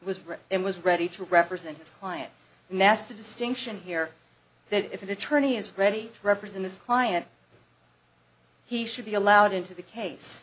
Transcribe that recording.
and was ready to represent his client nasty distinction here that if an attorney is ready to represent his client he should be allowed into the case